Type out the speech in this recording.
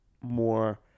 more